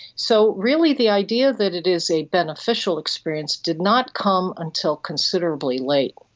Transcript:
so really the idea that it is a beneficial experience did not come until considerably late.